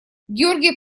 георгий